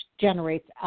generates